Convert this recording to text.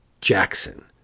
jackson